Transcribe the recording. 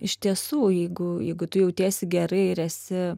iš tiesų jeigu jeigu tu jautiesi gerai ir esi